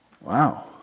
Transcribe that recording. Wow